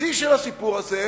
השיא של הסיפור הזה